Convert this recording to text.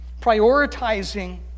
prioritizing